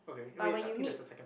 but when you meet